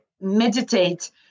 meditate